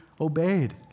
obeyed